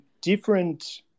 different